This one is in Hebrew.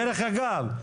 דרך אגב,